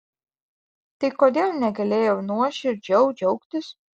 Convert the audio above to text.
tai kodėl negalėjau nuoširdžiau džiaugtis